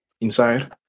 inside